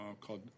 called